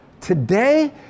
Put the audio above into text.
Today